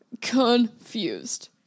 confused